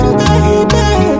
baby